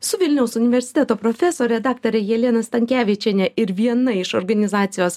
su vilniaus universiteto profesore daktare jelena stankevičiene ir viena iš organizacijos